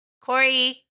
Corey